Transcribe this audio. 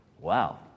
wow